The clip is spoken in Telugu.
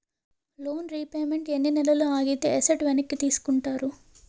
లోన్ రీపేమెంట్ ఎన్ని నెలలు ఆగితే ఎసట్ వెనక్కి తీసుకుంటారు?